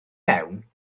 mewn